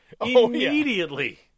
Immediately